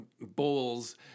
bowls